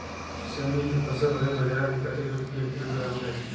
सेमी के फसल हवे बजार मे कतेक रुपिया किलोग्राम जाही?